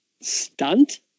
Stunt